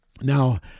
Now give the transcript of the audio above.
Now